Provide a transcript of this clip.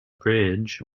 bridge